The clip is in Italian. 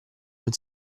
non